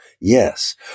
Yes